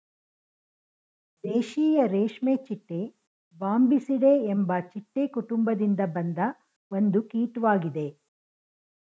ದೇಶೀಯ ರೇಷ್ಮೆಚಿಟ್ಟೆ ಬಾಂಬಿಸಿಡೆ ಎಂಬ ಚಿಟ್ಟೆ ಕುಟುಂಬದಿಂದ ಬಂದ ಒಂದು ಕೀಟ್ವಾಗಿದೆ